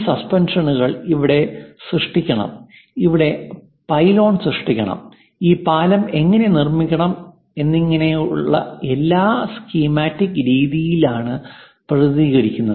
ഈ സസ്പെൻഷനുകൾ എവിടെ സൃഷ്ടിക്കണം എവിടെ പൈലോൺ സൃഷ്ടിക്കണം ഈ പാലം എങ്ങനെ നിർമ്മിക്കണം എന്നിങ്ങനെയുള്ള എല്ലാം സ്കീമാറ്റിക് രീതിയിലാണ് പ്രതിനിധീകരിക്കുന്നത്